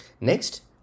Next